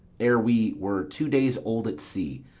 ere we were two days old at sea,